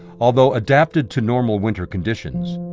although adapted to normal winter conditions,